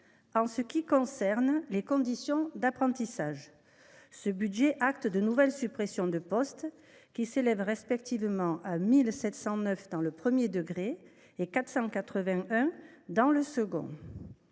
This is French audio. En ce qui concerne les conditions d’apprentissage, ce budget acte de nouvelles suppressions de postes, 1 709 dans le premier degré et 481 dans le second.